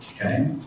Okay